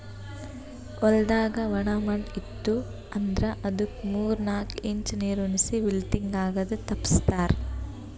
ಹೊಲ್ದಾಗ ಒಣ ಮಣ್ಣ ಇತ್ತು ಅಂದ್ರ ಅದುಕ್ ಮೂರ್ ನಾಕು ಇಂಚ್ ನೀರುಣಿಸಿ ವಿಲ್ಟಿಂಗ್ ಆಗದು ತಪ್ಪಸ್ತಾರ್